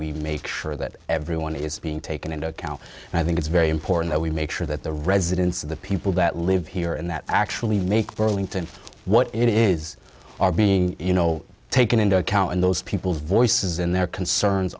we make sure that everyone is being taken into account and i think it's very important that we make sure that the residents of the people that live here and that actually make burlington what it is are being you know taken into account and those people's voices in their concerns